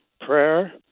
prayer